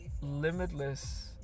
limitless